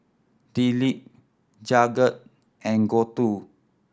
Dilip Jagat and Gouthu